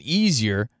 easier